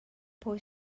pwy